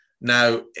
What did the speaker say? Now